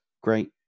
great